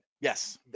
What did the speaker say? Yes